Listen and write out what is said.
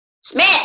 Smith